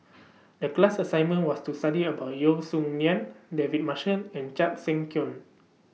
The class assignment was to study about Yeo Song Nian David Marshall and Chan Sek Keong